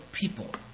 people